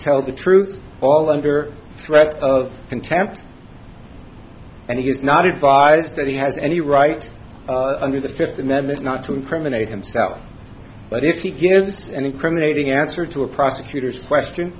tell the truth all under threat of contempt and he's not advised that he has any right under the fifth amendment not to incriminate himself but if he gives an incriminating answer to a prosecutor's question